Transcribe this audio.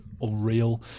unreal